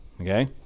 okay